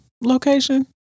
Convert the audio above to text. location